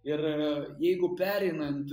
ir jeigu pereinant